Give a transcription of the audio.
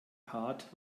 part